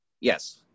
Yes